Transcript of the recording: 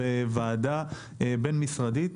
בוועדה בין-משרדית,